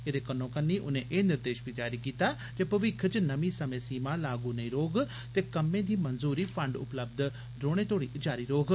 एह्दे कन्नोकन्नी उनें एह् निर्दश बी जारी कीता भविक्ख च नमीं समें सीमा लागू नईरौह्गग ते कम्में दी मंजूरी फंड उपलब्ध रौह्ने तोड़ी जारी रौह्ग